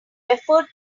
referred